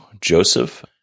Joseph